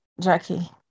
Jackie